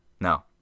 No